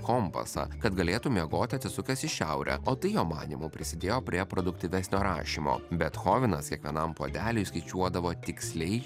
kompasą kad galėtų miegoti atsisukęs į šiaurę o tai jo manymu prisidėjo prie produktyvesnio rašymo bethovenas kiekvienam puodeliui skaičiuodavo tiksliai